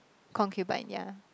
concubine ya